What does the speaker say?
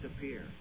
disappear